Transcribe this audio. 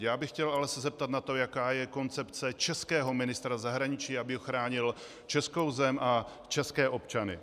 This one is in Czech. Já bych se chtěl ale zeptat na to, jaká je koncepce českého ministra zahraničí, aby ochránil českou zem a české občany.